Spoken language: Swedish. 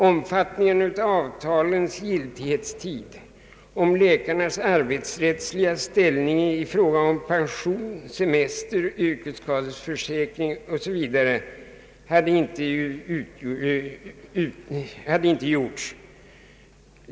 Omfattningen och avtalens giltighetstid, läkarnas arbetsrättsliga ställning i fråga om pension, semester, yrkesskadeförsäkring o.s.v. hade inte utretts.